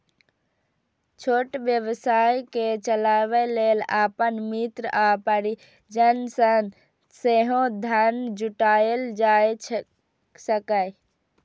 छोट व्यवसाय कें चलाबै लेल अपन मित्र आ परिजन सं सेहो धन जुटायल जा सकैए